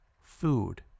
food